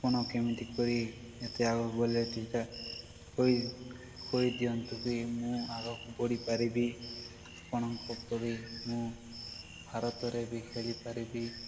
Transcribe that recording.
ଆପଣ କେମିତି କରି ଏତେ ଆଗକୁ ଗଲେ ସେଇଟା କହି ଦିଅନ୍ତୁ ବି ମୁଁ ଆଗକୁ ବଢ଼ିପାରିବି ଆପଣଙ୍କ ପରି ମୁଁ ଭାରତରେ ବି ଖେଳିପାରିବି